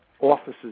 offices